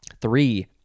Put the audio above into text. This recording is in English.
Three